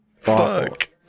Fuck